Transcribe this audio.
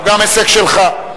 הוא גם הישג שלך.